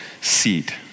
seed